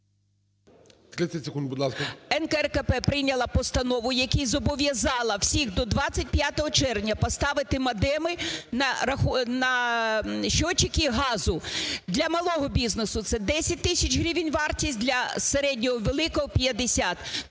НКРЕКП прийняла постанову, в якій зобов'язала всіх до 25 червня поставити модеми на счетчики газу, для малого бізнесу – це 10 тисяч гривень вартість, для середнього і великого – 50.